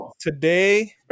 today